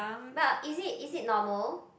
but is it is it normal